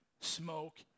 Smoke